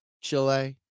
Chile